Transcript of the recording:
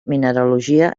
mineralogia